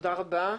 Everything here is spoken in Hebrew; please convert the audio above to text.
תודה רבה.